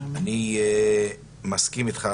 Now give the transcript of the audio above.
אני מסכים איתך,